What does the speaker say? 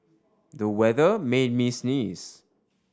the weather made me sneeze